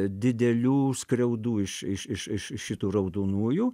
didelių skriaudų iš iš iš iš šitų raudonųjų